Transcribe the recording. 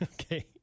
Okay